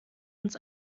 uns